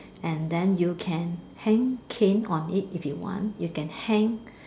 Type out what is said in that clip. and then you can hang cane on it if you want you can hang